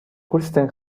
kristen